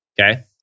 Okay